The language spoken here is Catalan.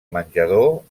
menjador